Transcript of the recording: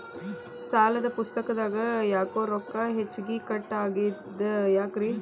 ಸಾಲದ ಪುಸ್ತಕದಾಗ ಯಾಕೊ ರೊಕ್ಕ ಹೆಚ್ಚಿಗಿ ಕಟ್ ಆಗೆದ ಯಾಕ್ರಿ?